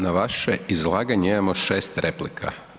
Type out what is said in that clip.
Na vaše izlaganje imamo 6 replika.